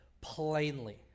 plainly